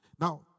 Now